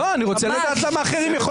למה כולם חזרו?